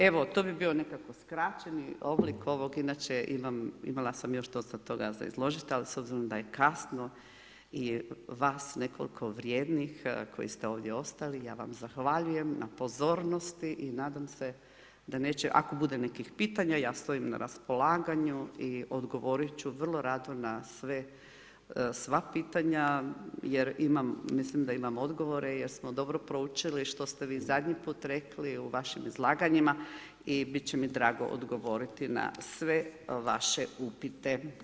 Evo, to bi bio nekako skraćeni oblik ovog, inače imala sam još dosta toga za izložiti i s obzirom da je kasno i vas nekoliko vrijednih koji ste ovdje ostali, ja vam zahvaljujem na pozornosti i nadam se da neće, ako bude nekih pitanja ja stojim na raspolaganju i odgovoriti ću vrlo rado na sve, sva pitanja jer imam, mislim da imam odgovore jer smo dobro proučili što ste vi zadnji put rekli u vašim izlaganjima i biti će mi drago odgovoriti na sve vaše upite.